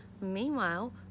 Meanwhile